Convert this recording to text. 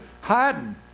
hiding